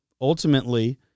ultimately